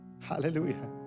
Hallelujah